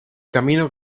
camino